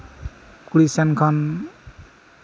ᱠᱩᱲᱤ ᱥᱮᱫ ᱠᱷᱚᱱ